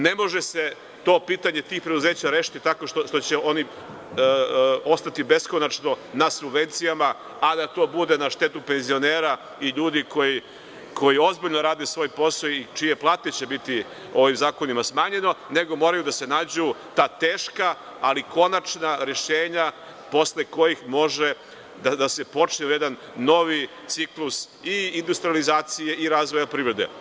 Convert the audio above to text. Ne može se pitanje tih preduzeća rešiti tako što će oni ostati beskonačno na subvencijama, a da to bude na štetu penzionera i ljudi koji ozbiljno rade svoj posao i čije plate će biti ovim zakonom smanjene, nego moraju da se nađu ta teška ali konačna rešenja posle kojih može da se počne jedan novi ciklus i industrijalizacije i razvoja privrede.